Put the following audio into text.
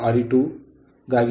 ಗಾಗಿ ಬರೆಯಬಹುದು